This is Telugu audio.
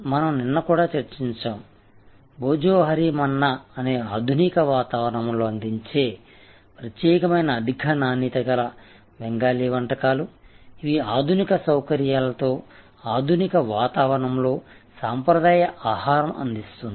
మనం నిన్న కూడా చర్చించాము భోజోహోరి మన్నా అనే ఆధునిక వాతావరణంలో అందించే ప్రత్యేకమైన అధిక నాణ్యత గల బెంగాలీ వంటకాలు ఇవి ఆధునిక సౌకర్యాలలో ఆధునిక వాతావరణంలో సాంప్రదాయ ఆహారం అందిస్తుంది